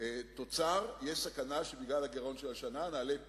תוצר יש סכנה שבגלל הגירעון של השנה נעלה מחדש,